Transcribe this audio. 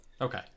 Okay